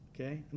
okay